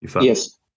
Yes